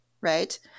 right